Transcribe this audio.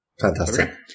Fantastic